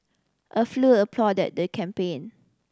a applauded the campaign